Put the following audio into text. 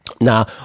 Now